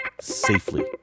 safely